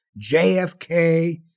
JFK